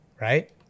right